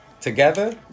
Together